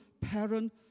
parent